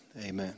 amen